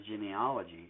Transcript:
genealogy